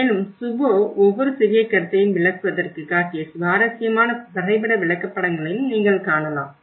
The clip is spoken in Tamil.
மேலும் சுபோ ஒவ்வொரு சிறிய கருத்தையும் விளக்குவதற்கு காட்டிய சுவாரஸ்யமான வரைபட விளக்கப்படங்களையும் நீங்கள் காணலாம்